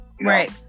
Right